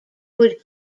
would